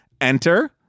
Enter